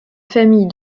famille